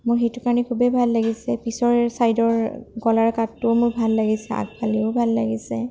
মোৰ সেইটো কাৰণে খুবেই ভাল লাগিছে পিছৰ ছাইদৰ গলাৰ কাটটোও মোৰ ভাল লাগিছে আগফালেও ভাল লাগিছে